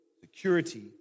security